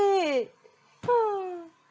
weight